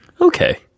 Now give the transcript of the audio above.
Okay